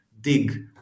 dig